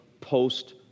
post